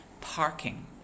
parking